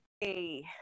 Hey